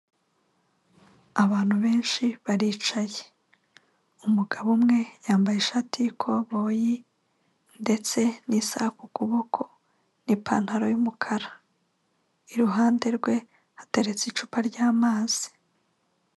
Abantu benshi baricaye umugabo umwe yambaye ishati y'ikoboyi ndetse n'isaha k'ukuboko n'ipantaro y'umukara iruhande rwe hateretse icupa ryamazi.